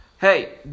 hey